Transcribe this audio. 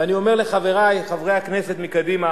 ואני אומר לחברי, חברי הכנסת מקדימה,